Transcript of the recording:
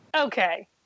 Okay